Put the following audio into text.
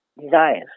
desires